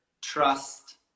trust